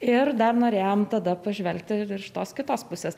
ir dar norėjom tada pažvelgti ir iš tos kitos pusės